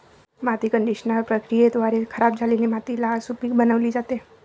माती कंडिशनर प्रक्रियेद्वारे खराब झालेली मातीला सुपीक बनविली जाते